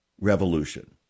revolution